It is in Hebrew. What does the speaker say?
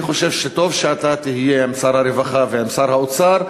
אני חושב שטוב שאתה תהיה עם שר הרווחה ועם שר האוצר,